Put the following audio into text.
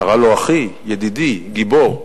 קרא לו: אחי, ידידי, גיבור.